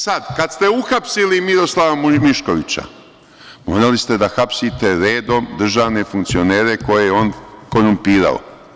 Sad kad ste uhapsili Miroslava Miškovića morali ste da hapsite redom državne funkcionere koje je on korumpirao.